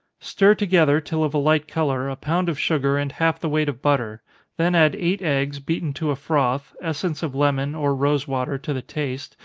stir together, till of a light color, a pound of sugar, and half the weight of butter then add eight eggs, beaten to a froth, essence of lemon, or rosewater, to the taste,